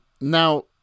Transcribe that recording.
now